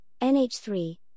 NH3